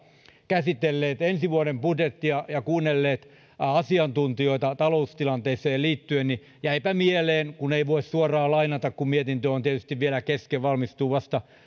käsitelleet ensi vuoden budjettia ja kuunnelleet asiantuntijoita taloustilanteeseen liittyen niin jäipä mieleen kun ei voi suoraan lainata kun mietintö on tietysti vielä kesken valmistuu vasta